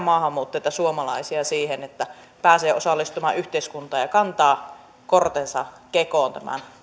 maahanmuuttajia että suomalaisia siihen että pääsee osallistumaan yhteiskuntaan ja kantaa kortensa kekoon tämän